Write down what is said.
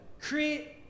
create